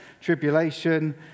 tribulation